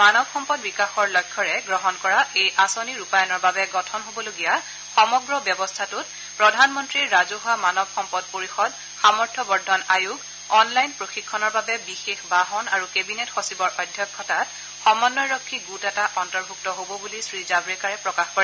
মানৱ সম্পদ বিকাশৰ লক্ষ্যৰে গ্ৰহণ কৰা এই আঁচনি ৰূপায়নৰ বাবে গঠন হবলগীয়া সমগ্ৰ ব্যৱস্থাটোত প্ৰধানমন্ত্ৰীৰ ৰাজহুৱা মানৱ সম্পদ পৰিষদ সামৰ্থ বৰ্ধন আয়োগ অনলাইন প্ৰশিক্ষণৰ বাবে বিশেষ বাহন আৰু কেবিনেট সচিবৰ অধ্যক্ষতাত সমন্বয়ৰক্ষী গোট এটা অন্তৰ্ভুক্ত হব বুলি শ্ৰীজাভৰেকাৰে প্ৰকাশ কৰে